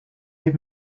give